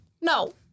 No